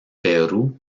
perú